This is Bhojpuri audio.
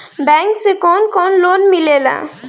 बैंक से कौन कौन लोन मिलेला?